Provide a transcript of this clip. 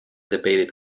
debated